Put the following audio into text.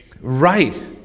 Right